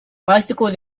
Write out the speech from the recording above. bicycles